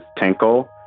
Tinkle